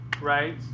right